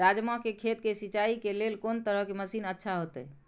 राजमा के खेत के सिंचाई के लेल कोन तरह के मशीन अच्छा होते?